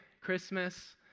Christmas